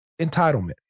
Entitlement